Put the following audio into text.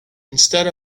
instead